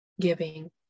giving